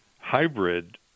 hybrid